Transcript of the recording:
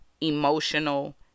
emotional